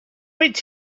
with